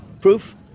proof